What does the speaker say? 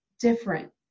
different